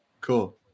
cool